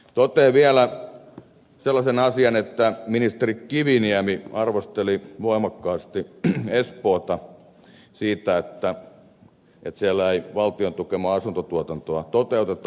totean vielä sellaisen asian että ministeri kiviniemi arvosteli voimakkaasti espoota siitä että siellä ei valtion tukemaa asuntotuotantoa toteuteta